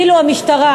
אילו המשטרה,